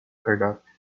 cardápio